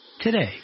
Today